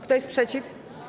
Kto jest przeciw?